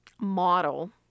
model